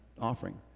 offering